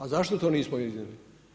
A zašto to nismo iznijeli?